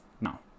Now